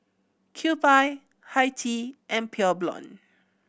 Kewpie Hi Tea and Pure Blonde